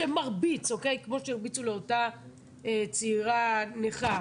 שמרביץ כמו שהרביצו לאותה צעירה נכה.